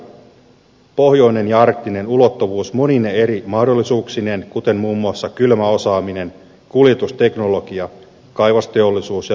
bioenergia pohjoinen ja arktinen ulottuvuus monine eri mahdollisuuksineen kuten muun muassa kylmäosaaminen kuljetusteknologia kaivosteollisuus ja ympäristöteknologia